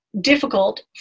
difficult